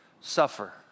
suffer